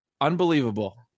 unbelievable